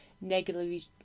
negatively